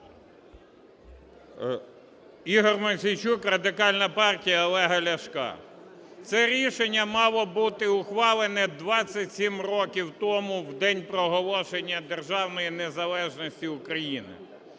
Ігор Мосійчук, Радикальна партія Олега Ляшка. Це рішення мало бути ухвалене 27 років тому в День проголошення